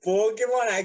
Pokemon